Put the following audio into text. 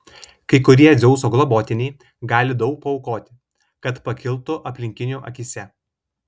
kai kurie dzeuso globotiniai gali daug paaukoti kad pakiltų aplinkinių akyse